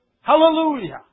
Hallelujah